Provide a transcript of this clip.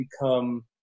become